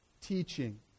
teaching